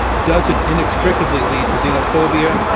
does it inextricably lead to xenophobia,